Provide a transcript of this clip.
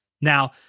Now